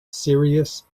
serious